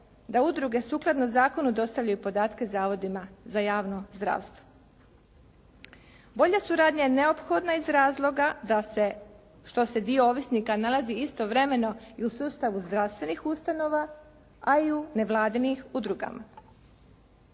da udruge sukladno zakonu dostavljaju podatke zavodima za javno zdravstvo? Bolja suradnja je neophodna iz razloga da se što se dio ovisnika nalazi istovremeno i u sustavu zdravstvenih ustanova a i u nevladinim udrugama.